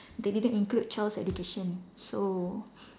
they didn't include child's education so